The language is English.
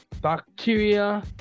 bacteria